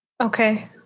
Okay